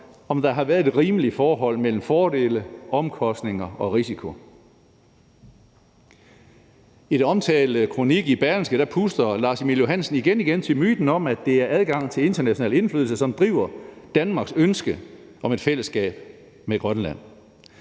om der har været et rimeligt forhold mellem fordele, omkostninger og risiko. I den omtalte kronik i Berlingske puster Lars-Emil Johansen igen igen til myten om, at det er adgangen til international indflydelse, som driver Danmarks ønske om et fællesskab med Grønland.